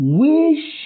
wish